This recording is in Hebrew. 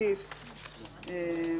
ואם